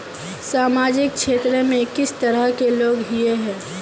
सामाजिक क्षेत्र में किस तरह के लोग हिये है?